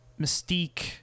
mystique